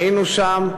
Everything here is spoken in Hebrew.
היינו שם,